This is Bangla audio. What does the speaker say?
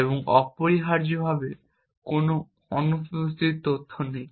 এবং অপরিহার্যভাবে কোন অনুপস্থিত তথ্য নেই